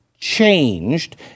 Changed